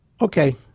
Okay